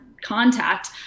contact